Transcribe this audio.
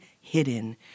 hidden